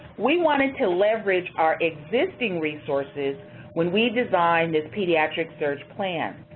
we wanted to leverage our existing resources when we designed this pediatric surge plan.